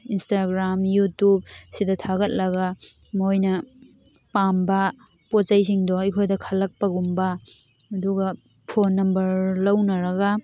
Instagram YouTube ꯁꯤꯗ ꯊꯥꯒꯠꯂꯒ ꯃꯣꯏꯅ ꯄꯥꯝꯕ ꯄꯣꯠꯆꯩꯁꯤꯡꯗꯣ ꯑꯩꯈꯣꯏꯗ ꯈꯜꯂꯛꯄꯒꯨꯝꯕ ꯑꯗꯨꯒ ꯐꯣꯟ ꯅꯝꯕꯔ ꯂꯧꯅꯔꯒ